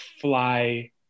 fly